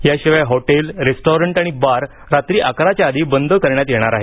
त्याशिवाय hotel restaurant आणि bar रात्री अकराच्या आधी बंद करण्यात येणार आहेत